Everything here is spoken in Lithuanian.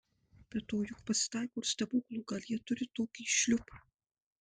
be to juk pasitaiko ir stebuklų gal jie turi tokį šliupą